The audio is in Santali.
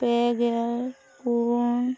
ᱯᱮᱜᱮᱞ ᱯᱩᱱ